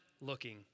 looking